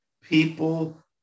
people